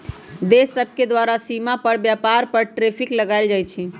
देश सभके द्वारा सीमा पार व्यापार पर टैरिफ लगायल जाइ छइ